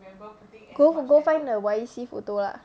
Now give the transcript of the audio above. go go find the Y_E_C photo lah